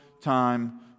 time